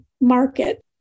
market